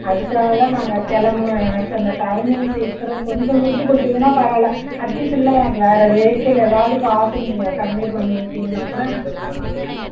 அதற்காக தான் நாங்கள் கிளம்புனோம் எனக்கு அந்த டைமிங் சீக்கிரம் கொஞ்சம் முடிச்சு கொடுத்தீங்கன்னா பரவாயில்லை அட்லீஸ்ட் இல்லை எனக்கு வேறு வெஹிக்கிள் ஏதாவது பார்த்து நீங்கள் கன்வே பண்ணிவிட்டீங்கன்னா கூட எனக்கு பரவாயில்லையாக இருக்கும்